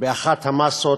באחת המסות